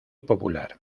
popular